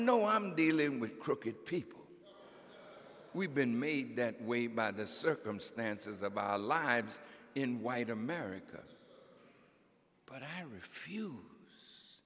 know i'm dealing with crooked people we've been made that way by the circumstances about our lives in white america but i refuse